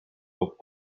loob